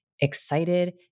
excited